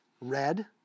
red